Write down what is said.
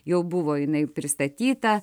jau buvo jinai pristatyta